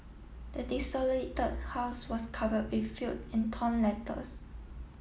the desolated house was cover in few and torn letters